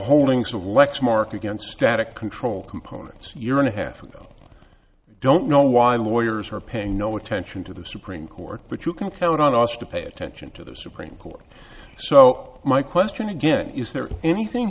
holdings of lexmark against static control components year and a half ago i don't know why lawyers are paying no attention to the supreme court but you can count on us to pay attention to the supreme court so my question again is there anything